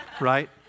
right